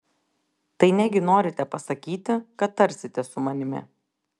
tai negi norite pasakyti kad tarsitės su manimi